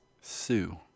Sue